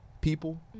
people